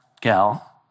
gal